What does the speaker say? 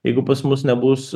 jeigu pas mus nebus